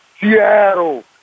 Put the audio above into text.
Seattle